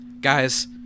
guys